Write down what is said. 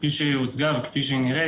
כפי שהיא הוצגה וכפי שהיא נראית,